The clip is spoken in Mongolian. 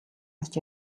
орж